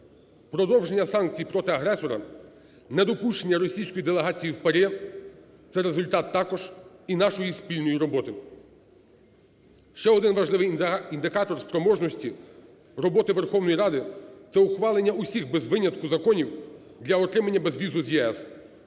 Продовження санкцій проти агресора, недопущення російської делегації в ПАРЄ – це результат також і нашої спільної роботи. Ще один важливий індикатор спроможності роботи Верховної Ради – це ухвалення всіх без винятку законів для отримання безвізу з ЄС,